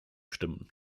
stimmen